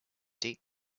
deep